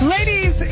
Ladies